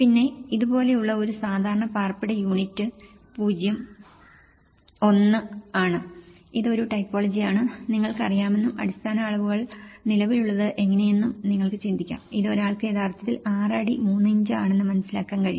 പിന്നെ ഇതുപോലുള്ള ഒരു സാധാരണ പാർപ്പിട യൂണിറ്റ് പൂജ്യം ഒന്ന് ആണ് ഇത് ഒരു ടൈപ്പോളജിയാണ് നിങ്ങൾക്ക് അറിയാമെന്നും അടിസ്ഥാന അളവുകൾ നിലവിലുള്ളത് എങ്ങനെയെന്നും നിങ്ങൾക്ക് ചിന്തിക്കാം അത് ഒരാൾക്ക് യഥാർത്ഥത്തിൽ 6 അടി 3 ഇഞ്ച് ആണെന്നു മനസ്സിലാക്കാൻ കഴിയും